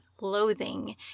loathing